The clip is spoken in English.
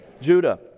Judah